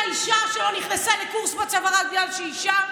אתה אישה שלא נכנסה לקורס בצבא רק בגלל שהיא אישה?